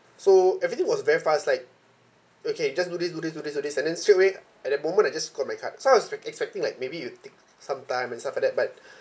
so everything was very fast like okay just do this do this do this do this and then straightaway at that moment I just got my card so I was expecting like maybe it'll take sometime and stuff like that but